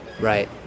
Right